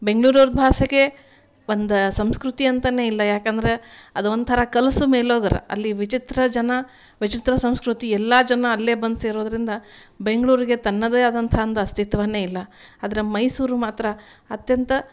ಬೆಂಗ್ಳೂರು ಅವ್ರದ್ದು ಭಾಷೆಗೆ ಒಂದು ಸಂಸ್ಕೃತಿ ಅಂತಾ ಇಲ್ಲ ಯಾಕಂದರೆ ಅದೊಂಥರ ಕಲಸು ಮೇಲೊಗರ ಅಲ್ಲಿ ವಿಚಿತ್ರ ಜನ ವಿಚಿತ್ರ ಸಂಸ್ಕೃತಿ ಎಲ್ಲ ಜನ ಅಲ್ಲೇ ಬಂದು ಸೇರೊದರಿಂದ ಬೆಂಗ್ಳೂರಿಗೆ ತನ್ನದೇ ಆದಂತಹ ಒಂದ್ ಅಸ್ತಿತ್ವ ಇಲ್ಲ ಆದರೆ ಮೈಸೂರು ಮಾತ್ರ ಅತ್ಯಂತ